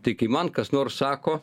tai kai man kas nors sako